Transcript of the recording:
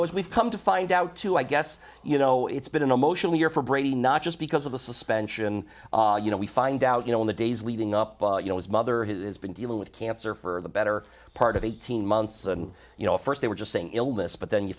know as we've come to find out too i guess you know it's been emotionally or for brady not just because of the suspension you know we find out you know in the days leading up you know his mother has been dealing with cancer for the better part of eighteen months and you know at first they were just saying illness but then you